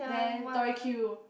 then Tori-Q